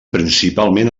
principalment